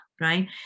right